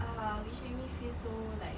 ah which make me feel so like